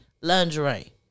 lingerie